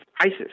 ISIS